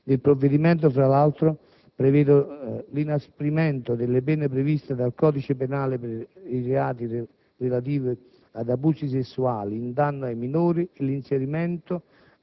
Il provvedimento, tra l'altro, prevederà l'inasprimento delle pene stabilite dal codice penale per i reati relativi ad abusi sessuali in danno ai minori, l'inserimento